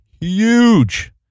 huge